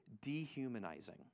dehumanizing